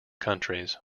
countries